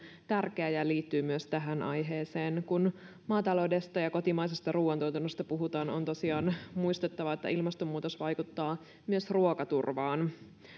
tärkeä ja liittyy myös tähän aiheeseen kun maataloudesta ja kotimaisesta ruuantuotannosta puhutaan on tosiaan muistettava että ilmastonmuutos vaikuttaa myös ruokaturvaan